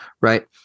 right